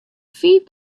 fiif